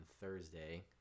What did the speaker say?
thursday